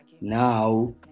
now